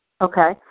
Okay